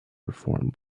reform